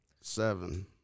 seven